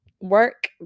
work